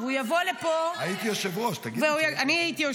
והוא יבוא לפה --- גם אצל פוגל היא הייתה לעזר.